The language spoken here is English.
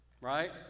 Right